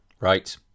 Right